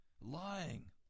lying